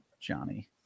Johnny